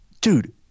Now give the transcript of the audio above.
Dude